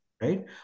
right